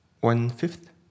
One-fifth